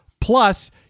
plus